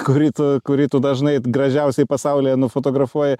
kurį tu kurį dažnai gražiausiai pasaulyje nufotografuoji